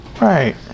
Right